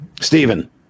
Stephen